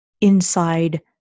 inside